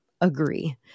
agree